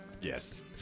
Yes